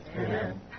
Amen